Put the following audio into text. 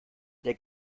der